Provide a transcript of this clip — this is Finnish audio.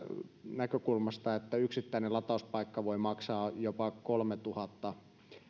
näkökulmasta että yksittäinen latauspaikka voi maksaa jopa kolmetuhatta